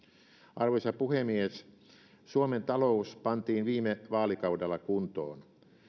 arvoisa puhemies suomen talous pantiin viime vaalikaudella kuntoon